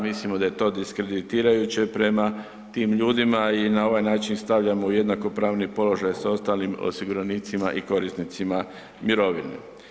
Mislimo da je to diskreditirajuće prema tim ljudima i na ovaj način stavljamo u jednakopravni položaj sa ostalim osiguranicima i korisnicima mirovine.